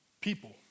people